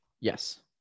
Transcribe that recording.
Yes